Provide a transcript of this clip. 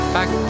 Back